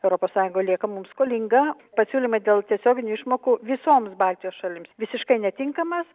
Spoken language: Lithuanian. europos sąjunga lieka mums skolinga pasiūlymai dėl tiesioginių išmokų visoms baltijos šalims visiškai netinkamas